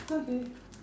okay